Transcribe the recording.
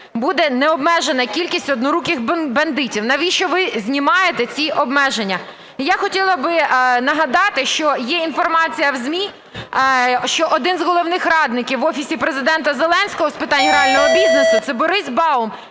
буде необмежена кількість "одноруких бандитів". Навіщо ви знімаєте ці обмеження? І я хотіла би нагадати, що є інформація в ЗМІ, що один з головних радників в Офісі Президента Зеленського з питань грального бізнесу – це Борис Баум,